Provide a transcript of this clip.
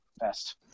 best